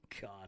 God